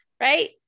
right